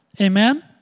Amen